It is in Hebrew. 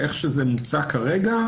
איך שהוא מוצע כרגע,